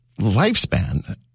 lifespan